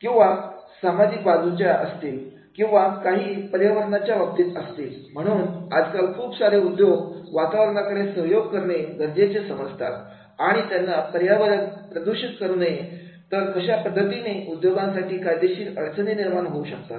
किंवा सामाजिक बाजूची असतील किंवा काही पर्यावरणाच्या बाबतीत असतील म्हणून आज काल खूप सारे उद्योग वातावरणाकडे सहयोग करणे गरजेचे समजतात आणि त्यांनी पर्यावरण प्रदूषण करू नये तर कशा पद्धतीने उद्योगांसाठी कायदेशीर अडचणी निर्माण होऊ शकतात